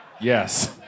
Yes